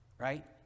right